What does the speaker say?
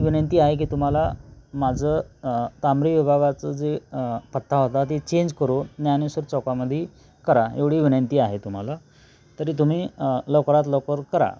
तरी विनंती आहे की तुम्हाला माझं तांबरी विभागाचं जे पत्ता होता ते चेंज करू ज्ञानेश्वर चौकामध्ये करा एवढी विनंती आहे तुम्हाला तरी तुम्ही लवकरात लवकर करा